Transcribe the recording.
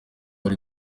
ari